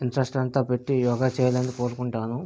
interest అంతా పెట్టి యోగా చేయాలని కోరుకుంటాను